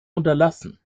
unterlassen